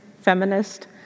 feminist